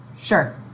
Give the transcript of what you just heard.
Sure